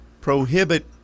prohibit